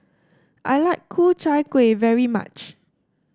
I like Ku Chai Kuih very much